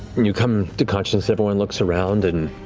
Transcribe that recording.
when you come to consciousness, everyone looks around and